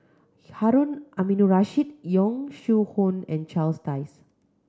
Harun Aminurrashid Yong Shu Hoong and Charles Dyce